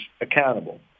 accountable